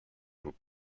vous